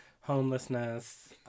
homelessness